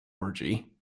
orgy